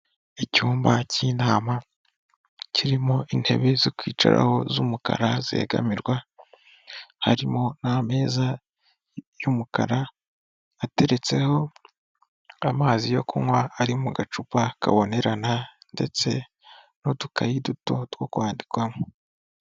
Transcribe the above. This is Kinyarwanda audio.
Icyumba cy'inama kirimo intebe zo kwicaraho z'umukara zegamirwa, harimo n'ameza y'umukara ateretseho amazi yo kunywa ari mu gacupa kabonerana ndetse n'udukayi duto two kwandikwamo.